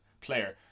player